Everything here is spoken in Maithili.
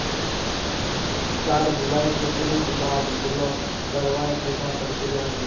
कार्ड भुलाए के तुरंत बाद ब्लॉक करवाए के का प्रक्रिया हुई?